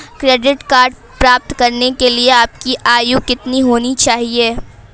Credit card प्राप्त करने के लिए आपकी आयु कितनी होनी चाहिए?